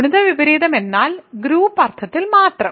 ഗുണിത വിപരീതം എന്നാൽ ഗ്രൂപ്പ് അർത്ഥത്തിൽ മാത്രം